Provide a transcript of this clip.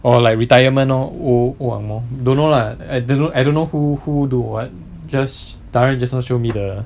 or like retirement lor wu ang moh don't know lah I don't know I don't know who who do what just daren just know show me the